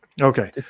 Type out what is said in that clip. Okay